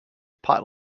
pot